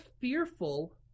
fearful